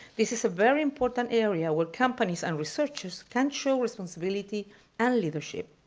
this is a very important area where companies and researchers can show responsibility and leadership.